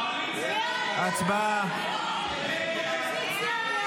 --- כן, אנחנו מגינים עליו, מירב.